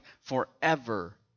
forever